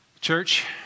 Church